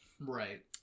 right